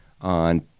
on